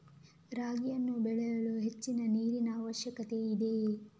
ರಾಗಿಯನ್ನು ಬೆಳೆಯಲು ಹೆಚ್ಚಿನ ನೀರಿನ ಅವಶ್ಯಕತೆ ಇದೆಯೇ?